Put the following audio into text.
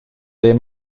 des